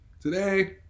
Today